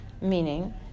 meaning